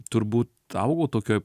turbūt augau tokioj